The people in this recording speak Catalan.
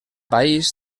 país